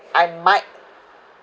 I might